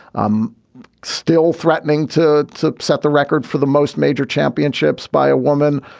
um still threatening to to set the record for the most major championships by a woman.